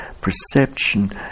perception